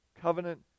covenant